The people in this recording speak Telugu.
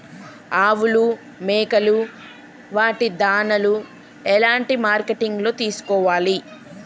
ఆవులు మేకలు వాటి దాణాలు ఎలాంటి మార్కెటింగ్ లో తీసుకోవాలి?